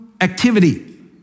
activity